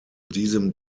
diesem